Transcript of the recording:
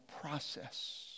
process